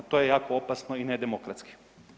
To je jako opasno i nedemokratski.